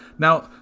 Now